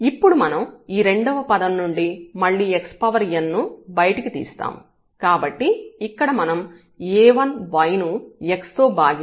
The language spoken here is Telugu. ఇప్పుడు మనం ఈ రెండవ పదం నుండి మళ్ళీ xnను బయటకు తీస్తాము కాబట్టి ఇక్కడ మనం a1y ను x తో భాగించాలి